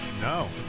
No